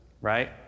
right